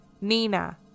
Nina